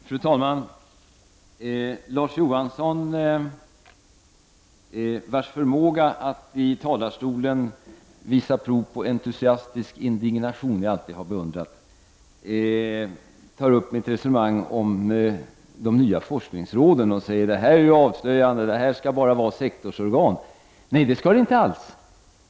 Fru talman! Larz Johansson — vars förmåga att i talarstolen visa prov på entusiastisk indignation jag alltid har beundrat — tar upp mitt resonemang om de nya forskningsråden och säger att det var avslöjande och att det bara skall bli sektorsorgan. Nej, det skall det inte alls.